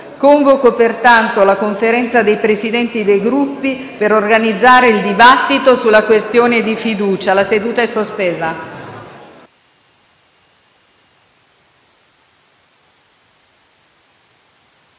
Convoco pertanto la Conferenza dei Presidenti dei Gruppi per organizzare il dibattito sulla questione di fiducia. La seduta è sospesa.